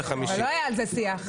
אבל לא היה על זה שיח.